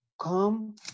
come